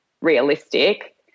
realistic